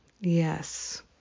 Yes